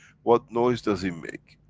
what noise does it make?